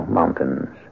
mountains